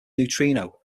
neutrino